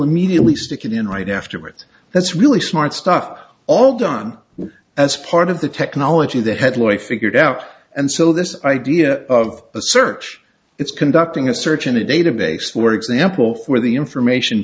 immediately stick it in right afterwards that's really smart stuff all done as part of the technology that had leuer figured out and so this idea of a search it's conducting a search in a database for example for the information